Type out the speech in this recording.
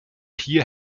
hier